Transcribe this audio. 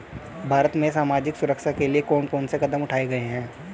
भारत में सामाजिक सुरक्षा के लिए कौन कौन से कदम उठाये हैं?